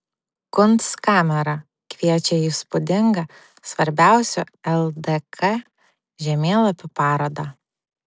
kunstkamera kviečia į įspūdingą svarbiausių ldk žemėlapių parodą